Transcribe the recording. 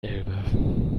elbe